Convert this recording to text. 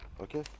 okay